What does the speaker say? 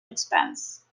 expense